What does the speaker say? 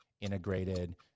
integrated